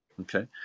Okay